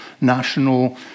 national